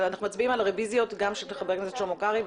אנחנו מצביעים על הרביזיות גם של חבר הכנסת שלמה קרעי,